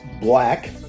black